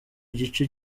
igice